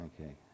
Okay